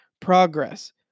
progress